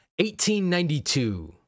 1892